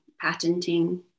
patenting